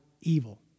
evil